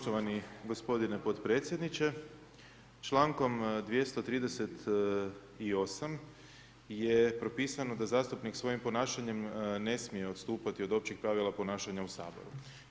Poštovani gospodine potpredsjedniče, člankom 238. je propisano da zastupnik svojim ponašanjem ne smije odstupati od općih pravila ponašanja u Saboru.